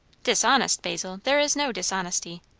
dishonest, basil! there is no dishonesty.